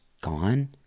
gone